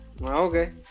okay